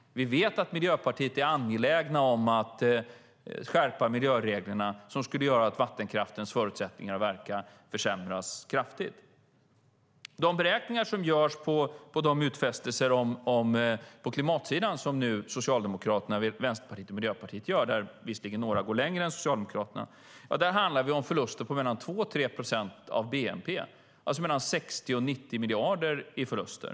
Vi vet att Miljöpartiet är angeläget om att skärpa miljöreglerna, vilket skulle göra att vattenkraftens förutsättningar försämras kraftigt. De beräkningar som görs på de utfästelser på klimatsidan som nu Socialdemokraterna, Vänsterpartiet och Miljöpartiet gör - visserligen går några längre än Socialdemokraterna - visar på förluster om mellan 2 och 3 procent av bnp. Det är alltså mellan 60 och 90 miljarder i förluster.